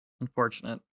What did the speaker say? Unfortunate